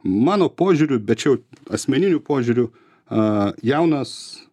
mano požiūriu bet čia jau asmeniniu požiūriu a jaunas